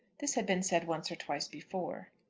this had been said once or twice before.